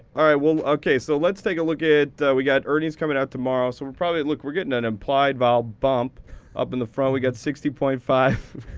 all right, well, ok, so let's take a look at we've got earnings coming out tomorrow, so we're probably look, we're getting an implied val bump up in the front. we got sixty point five.